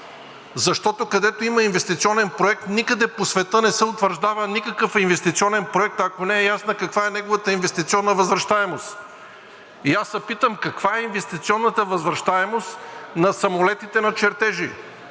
защото, където има инвестиционен проект, никъде по света не се утвърждава никакъв инвестиционен проект, ако не е ясно каква е неговата инвестиционна възвръщаемост. И аз се питам – каква е инвестиционната възвръщаемост на самолетите на чертежи?!